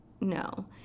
no